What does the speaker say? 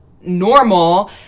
normal